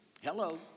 Hello